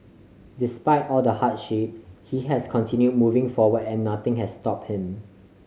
despite all the hardship he has continue moving forward and nothing has stop him